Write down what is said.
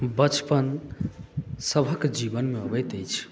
बचपन सभक जीवनमे अबैत अछि